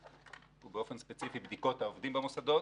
ובאופן ספציפי בדיקות העובדים במוסדות.